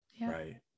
right